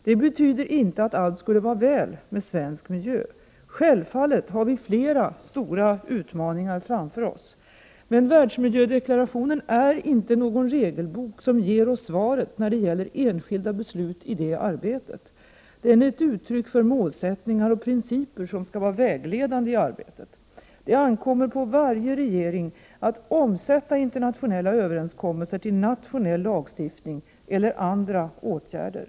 Det betyder inte att allt skulle vara väl med svensk miljö, självfallet har vi flera stora utmaningar framför oss. Men världsmiljödeklarationen är inte någon regelbok som ger oss svaret när det gäller enskilda beslut i det arbetet. Den är ett uttryck för målsättningar och principer som skall vara vägledande i Prot. 1988/89:22 arbetet. Det ankommer på varje regering att omsätta internationella 11 november 1988 överenskommelser till nationell lagstiftning eller andra åtgärder.